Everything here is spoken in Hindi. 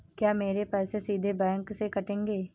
क्या मेरे पैसे सीधे बैंक से कटेंगे?